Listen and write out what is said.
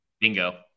Bingo